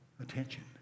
Attention